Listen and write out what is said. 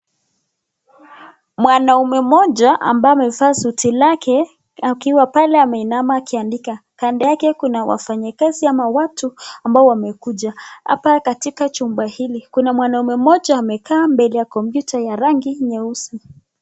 Mwanume moja ambayo amevaa suti lake, akiwa pale ameinama akiandika, kando yake kuna wafanyikazi ama watu ambao wamekuja hapa katika chumba hili, kuna mwanaume moja amekaa mbele ya computer ya rangi nyeusi.